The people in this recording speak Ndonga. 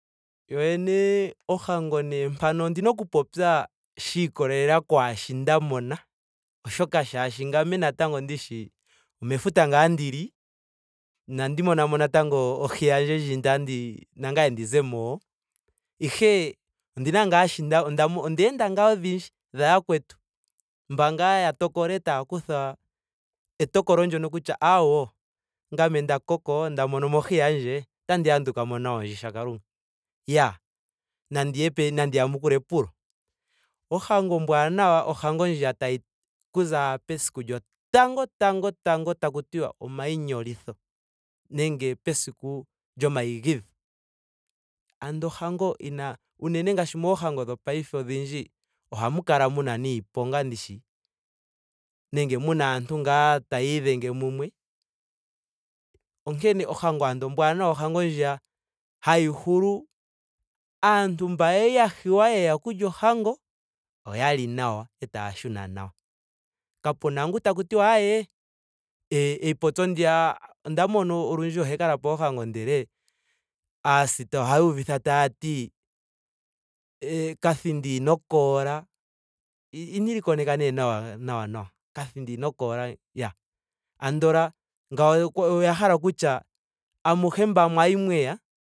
Yo yene nee ohango mpano ondina oku popya shiikolelela kwaashi nda mona. Oshoka natango ngame ndishi omefuta ngaa ndili. inandi mona mo natango ohi yandje tandi nangame ndi zemo wo. ihe ondina ngaa shi nda- onda enda ngaa odhindji dhayakwetu. mba ngaa ya tokola etaya kutha etokolo ndyono kutya awoo ngame nda koko. nda monomo ohi yandje. otandi yandukamo nayo ndji. shakalunga. Nandi ye e- nandi yamukule epulo. Ohango ombwanawa oondjo tayi okuza owala pesiku lyotango tango tango taku tiwa omainyolitho nenge pesiku lyomaigidho. Sndo ohango yina. unene ngaashi moohango dhopaife odhindji ohamu kala muna niiponga ndishi. nenge muna aantu ngaa taya idhenge mumwe. Onkene ano ohango ombwaanawa ohango ndjiya hayi hulu aantu mba kwali ya hiywa yeya okulya ohango. oya li nawa etaya shuna nawa. Kapena ngu taku tiwa ayee e- epoyo ndiya. onda mono olundji ohe kala poohango ndele aasita ohaa uvitha taati eee kathindi ino koola. inandi li koneka nee nawa nawa. kathindi ino koola iyaa andola ngawo oya hala kutya amuhe mba mwali mweya